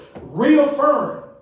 reaffirm